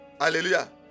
Hallelujah